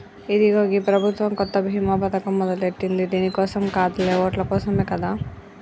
ఇదిగో గీ ప్రభుత్వం కొత్త బీమా పథకం మొదలెట్టింది దీని కోసం కాదులే ఓట్ల కోసమే కదా